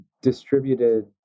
distributed